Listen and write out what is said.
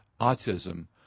autism